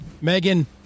Megan